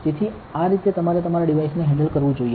તેથી આ રીતે તમારે તમારા ડિવાઇસ ને હેન્ડલ કરવું જોઈએ